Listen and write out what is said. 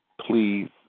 please